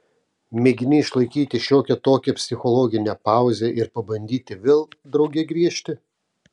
mėgini išlaikyti šiokią tokią psichologinę pauzę ir pabandyti vėl drauge griežti